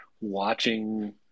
watching